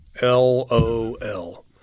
L-O-L